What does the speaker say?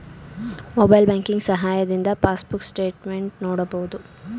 mobile ಬ್ಯಾಂಕಿನ ಸಹಾಯದಿಂದ passbook statement ನೋಡಬಹುದು